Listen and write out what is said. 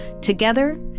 Together